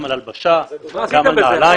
גם על הלבשה, גם על נעליים.